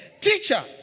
Teacher